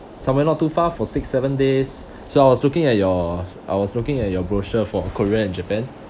somewhere not too far for six seven days so I was looking at your I was looking at your brochure for korea and japan